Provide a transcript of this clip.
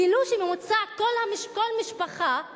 גילו שבממוצע כל משפחה,